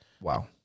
Wow